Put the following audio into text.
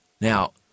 Now